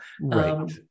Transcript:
Right